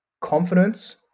confidence